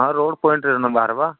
ହଁ ରୋଡ୍ ପଏଣ୍ଟରେ ନୁ ବାହରିବା